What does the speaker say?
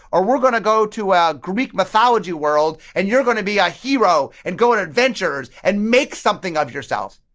or we're going to go to a greek mythology world and you're going to be a hero and go on adventures and make something of yourselves.